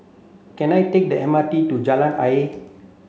can I take the M R T to Jalan Ayer